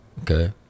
okay